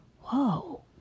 whoa